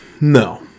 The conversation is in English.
No